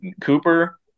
cooper